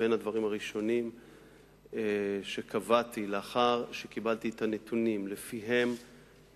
אחד הדברים הראשונים שקבעתי לאחר שקיבלתי את הנתונים שלפיהם